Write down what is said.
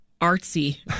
artsy